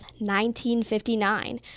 1959